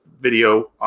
video